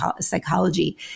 psychology